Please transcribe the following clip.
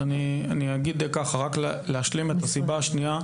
אז אני אגיד ככה, רק להשלים את הסיבה השנייה.